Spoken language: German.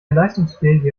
leistungsfähige